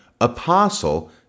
Apostle